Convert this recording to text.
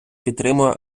підтримує